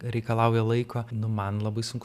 reikalauja laiko nu man labai sunku